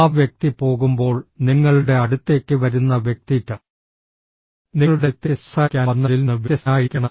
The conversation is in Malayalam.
ആ വ്യക്തി പോകുമ്പോൾ നിങ്ങളുടെ അടുത്തേക്ക് വരുന്ന വ്യക്തി നിങ്ങളുടെ അടുത്തേക്ക് സംസാരിക്കാൻ വന്നവരിൽ നിന്ന് വ്യത്യസ്തനായിരിക്കണം